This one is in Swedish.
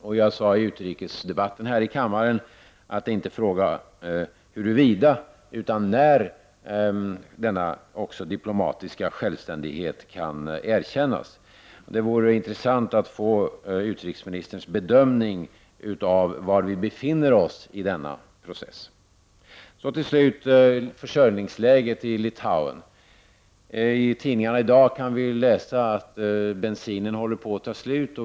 Jag sade i utrikesdebatten i kammaren att de inte är fråga om huruvida utan när denna diplomatiska självständighet kan erkännas. Det vore intressant att få utrikesministerns bedömning av var vi befinner oss i denna process. Till slut vill jag gå in på försörjningsläget i Litauen. I tidningarna i dag kan vi läsa att bensinen håller på att ta slut.